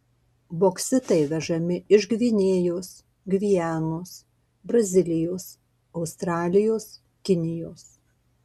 boksitai vežami iš gvinėjos gvianos brazilijos australijos kinijos